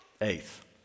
Eighth